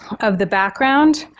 of the background,